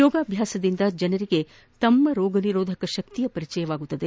ಯೋಗಾಭ್ಯಾಸದಿಂದ ಜನರಿಗೆ ರೋಗನಿರೋಧಕ ಶಕ್ತಿಯ ಪರಿಚಯವಾಗಲಿದೆ